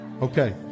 Okay